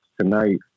tonight